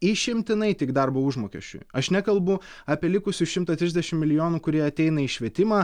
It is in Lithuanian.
išimtinai tik darbo užmokesčiui aš nekalbu apie likusius šimtą trisdešimt milijonų kurie ateina į švietimą